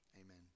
amen